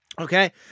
Okay